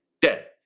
dead